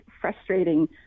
frustrating